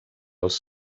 els